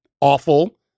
awful